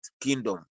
kingdom